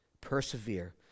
Persevere